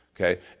Okay